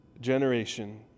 generation